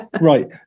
right